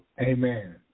Amen